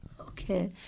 Okay